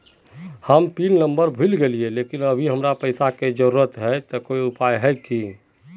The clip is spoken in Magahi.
हम पिन नंबर भूल गेलिये लेकिन अभी हमरा पैसा के जरुरत है ते कोई उपाय है की?